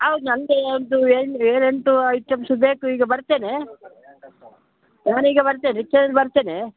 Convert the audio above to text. ಹೌದು ನಂದೆ ಒಂದು ಏಳು ಏಳು ಎಂಟು ಐಟಮ್ಸು ಬೇಕು ಈಗ ಬರ್ತೇನೆ ನಾನೀಗ ಬರ್ತೇನೆ ಕೇಳಿ ಬರ್ತೇನೆ